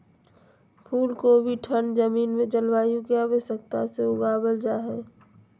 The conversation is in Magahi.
फूल कोबी ठंड जमीन में जलवायु की आवश्यकता से उगाबल जा हइ